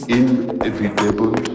inevitable